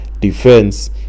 defense